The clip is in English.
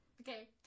Okay